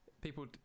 people